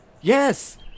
Yes